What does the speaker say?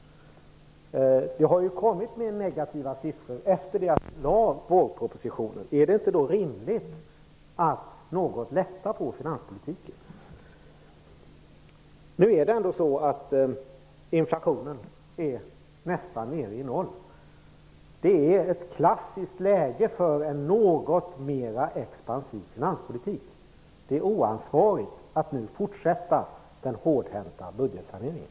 Det har ju kommit fler negativa siffror efter det att ni lade fram vårpropositionen. Är det då inte rimligt att man lättar något på finanspolitiken? Inflationen är ju nere på nästan noll. Det är ett klassiskt läge för en något mer expansiv finanspolitik. Det är oansvarigt att nu fortsätta den hårdhänta budgetsaneringen.